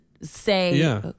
say